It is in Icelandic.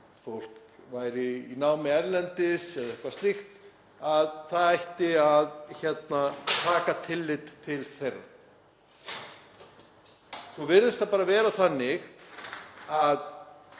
verið í námi erlendis eða eitthvað slíkt, að það ætti að taka tillit til þeirra. Svo virðist það bara vera þannig,